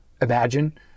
imagine